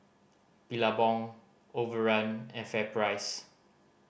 Billabong Overrun and FairPrice